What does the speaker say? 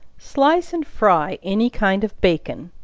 slice and fry any kind of bacon,